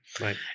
Right